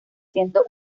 siendo